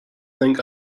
think